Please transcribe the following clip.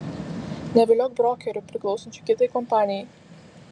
neviliok brokerių priklausančių kitai kompanijai